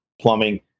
plumbing